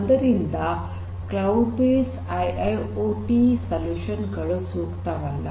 ಆದ್ದರಿಂದ cloud based IIoT solution ಗಳು ಸೂಕ್ತವಲ್ಲ